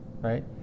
right